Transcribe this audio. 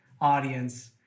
audience